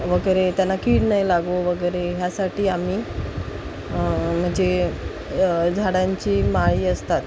वगैरे त्यांना किड नाही लागो वगैरे ह्यासाठी आम्ही म्हणजे झाडांची माळी असतात